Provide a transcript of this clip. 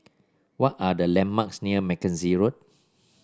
what are the landmarks near Mackenzie Road